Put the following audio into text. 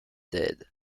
dead